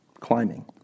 climbing